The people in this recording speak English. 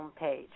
homepage